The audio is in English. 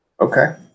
Okay